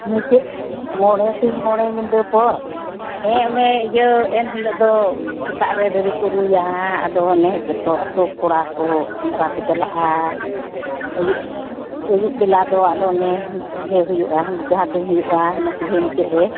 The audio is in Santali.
ᱢᱩᱪᱟᱹᱫ ᱢᱚᱬᱮ ᱥᱤᱧ ᱢᱚᱬᱮ ᱧᱤᱫᱟᱹ ᱯᱚᱨ ᱦᱮᱸ ᱚᱱᱮ ᱤᱭᱟᱹ ᱮᱱᱦᱤᱞᱳᱜ ᱫᱚ ᱥᱮᱛᱟᱜ ᱨᱮ ᱰᱟᱹᱨᱤᱠᱚ ᱨᱩᱭᱟ ᱟᱫᱚ ᱚᱱᱮ ᱡᱚᱛᱚ ᱟᱹᱛᱩ ᱠᱚᱲᱟᱠᱚ ᱥᱮᱸᱫᱽᱨᱟᱠᱚ ᱪᱟᱞᱟᱜᱼᱟ ᱟᱹᱭᱩᱵ ᱟᱹᱭᱩᱵ ᱵᱮᱞᱟᱫᱚ ᱟᱫᱚ ᱚᱱᱮ ᱤᱭᱟᱹᱦᱩᱭᱩᱜᱼᱟ ᱵᱷᱮᱡᱟ ᱛᱷᱩᱧ ᱦᱩᱭᱩᱜᱼᱟ ᱚᱱᱮ ᱠᱩᱞᱦᱤ ᱢᱩᱪᱟᱹᱫ ᱨᱮ